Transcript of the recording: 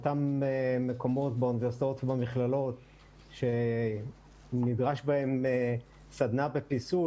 באותם מקומות באוניברסיטאות ובמכללות שנדרש מהם סדנה בפיסול,